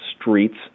streets